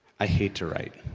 i hate to write.